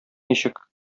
ничек